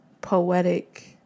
poetic